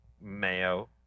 mayo